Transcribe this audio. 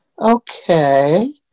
Okay